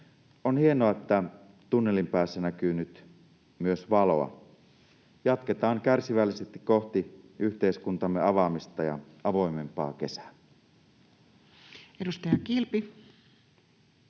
On hienoa, että tunnelin päässä näkyy nyt myös valoa. Jatketaan kärsivällisesti kohti yhteiskuntamme avaamista ja avoimempaa kesää. [Speech 193]